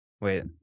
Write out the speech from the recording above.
Wait